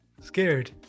scared